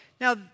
Now